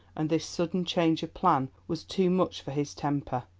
and this sudden change of plan was too much for his temper.